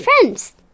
friends